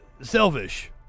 selfish